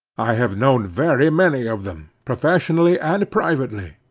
i have known very many of them, professionally and privately,